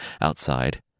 Outside